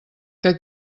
que